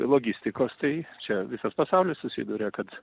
logistikos tai čia visas pasaulis susiduria kad